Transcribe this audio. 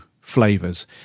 flavors